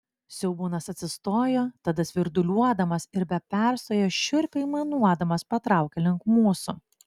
siaubūnas atsistojo tada svirduliuodamas ir be perstojo šiurpiai aimanuodamas patraukė link mūsų